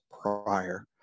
prior